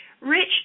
Rich